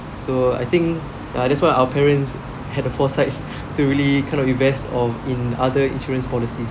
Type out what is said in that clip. so I think uh that's what our parents had the foresight to really kind of invest of in other insurance policies